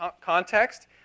context